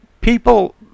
people